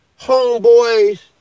homeboys